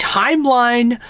timeline